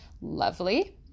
lovely